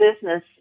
business